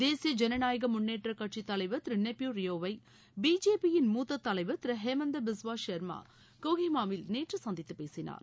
தேசிய ஜனநாயக முன்னேற்றக் கட்சி தலைவர் திரு நெய்பியூ ரியோவை பிஜேபியின் மூத்த தலைவர் திரு ஹேமந்த பிஸ்வா சர்மா கோகிமாவில் நேற்று சந்தித்து பேசினார்